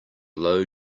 low